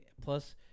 Plus